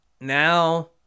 Now